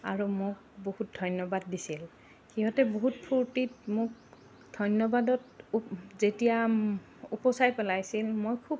আৰু মোক বহুত ধন্যবাদ দিছিল সিহঁতে বহুত ফূৰ্তিত মোক ধন্যবাদত যেতিয়া উপচাই পেলাইছিল মই খুব